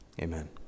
Amen